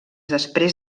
després